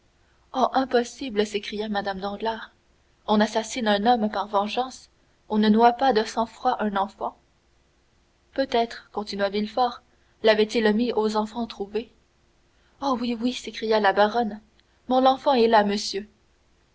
impossible s'écria mme danglars on assassine un homme par vengeance on ne noie pas de sang-froid un enfant peut-être continua villefort l'avait-il mis aux enfants-trouvés oh oui oui s'écria la baronne mon enfant est là monsieur